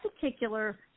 particular